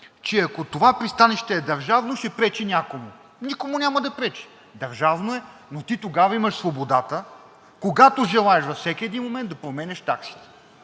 че ако това пристанище е държавно, ще пречи някому? Никому няма да пречи! Държавно е, но ти тогава имаш свободата, когато желаеш, във всеки един момент да променяш таксите